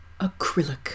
acrylic